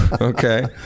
Okay